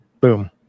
Boom